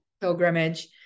pilgrimage